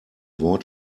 wort